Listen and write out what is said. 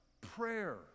prayer